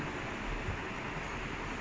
with the semester one today